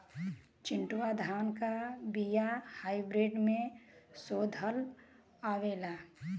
चिन्टूवा धान क बिया हाइब्रिड में शोधल आवेला?